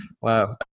wow